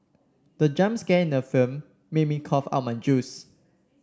the jump scare in the film made me cough out my juice